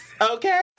Okay